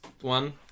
one